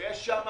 יש שם